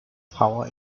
power